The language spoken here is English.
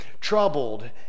troubled